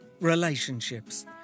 relationships